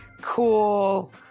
cool